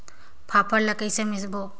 फाफण ला कइसे मिसबो?